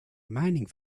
mining